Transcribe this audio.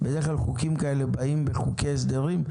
בדרך כלל חוקים כאלה באים בחוקי הסדרים,